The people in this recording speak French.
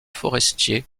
forestier